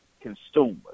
consumers